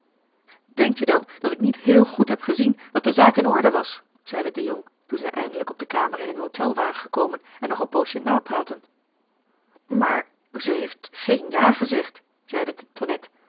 denkt je dan dat ik niet heel goed heb gezien dat de zaak in orde was zeide de jong toen zij eindelijk op de kamer in hun hôtel waren gekomen en nog een poosje napraatten maar ze heeft geen ja gezegd zeide de